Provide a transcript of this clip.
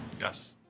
yes